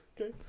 Okay